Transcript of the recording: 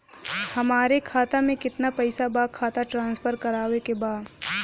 हमारे खाता में कितना पैसा बा खाता ट्रांसफर करावे के बा?